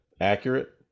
accurate